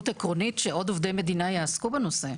עקרונית שעוד עובדי מדינה יעסקו בנושא.